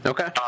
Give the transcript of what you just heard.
Okay